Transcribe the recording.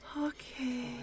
okay